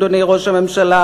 אדוני ראש הממשלה,